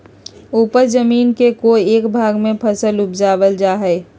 उपज जमीन के कोय एक भाग में फसल उपजाबल जा हइ